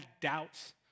doubts